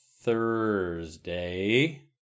Thursday